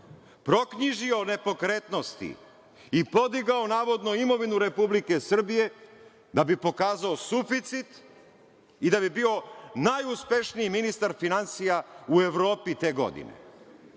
proknjižio nepokretnosti i podigao navodno imovinu Republike Srbije da bi pokazao suficit i da bi bio najuspešniji ministar finansija u Evropi te godine.